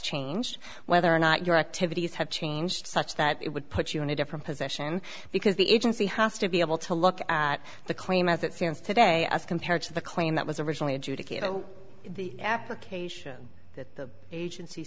changed whether or not your activities have changed such that it would put you in a different position because the agency has to be able to look at the claim as it stands today as compared to the claim that was originally adjudicated the application that the agency